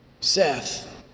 Seth